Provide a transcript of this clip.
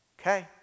okay